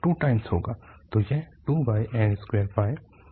तो यह 2n2 1n 1 है